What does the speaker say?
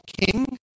king